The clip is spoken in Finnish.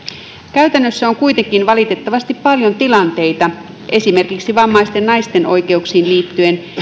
käytännössä on kuitenkin valitettavasti paljon tilanteita esimerkiksi vammaisten naisten oikeuksiin liittyen